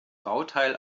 bauteil